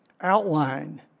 outline